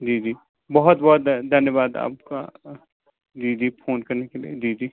जी जी बहुत बहुत धन्यवाद आपका जी जी फ़ोन करने के लिए जी जी